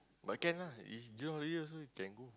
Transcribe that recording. but can lah if June holiday also we can go